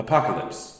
Apocalypse